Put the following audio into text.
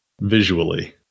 visually